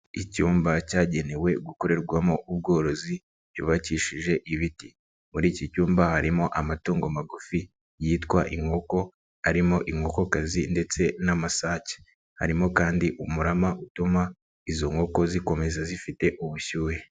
Icyumba cyagenewe gukorerwamo ubworozi cyubakishije ibiti, muri iki cyumba harimo amatungo magufi yitwa inkoko arimo inkokokazi ndetse n'amasake, harimo kandi umurama utuma izo nkoko zikomeza zifite ubushyu.